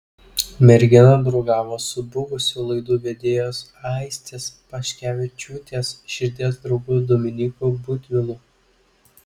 mergina draugavo su buvusiu laidų vedėjos aistės paškevičiūtės širdies draugu dominyku butvilu